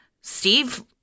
Steve